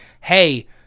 hey